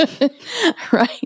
Right